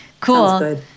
Cool